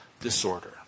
disorder